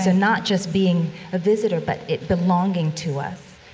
so not just being a visitor, but it belonging to us